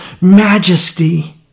majesty